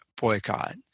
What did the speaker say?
boycott